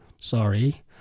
sorry